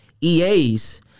EAs